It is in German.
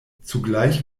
zugleich